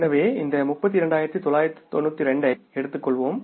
எனவே இந்த 32992 ஐ இங்கே எடுத்துக்கொள்வோம்